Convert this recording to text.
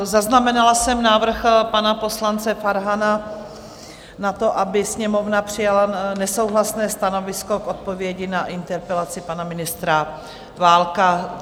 Zaznamenala jsem návrh pana poslance Farhana na to, aby Sněmovna přijala nesouhlasné stanovisko k odpovědi na interpelaci pana ministra Válka.